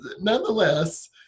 Nonetheless